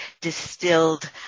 distilled